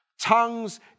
Tongues